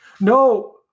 No